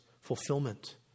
fulfillment